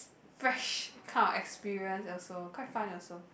fresh kind of experience also quite fun also